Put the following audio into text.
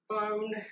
Phone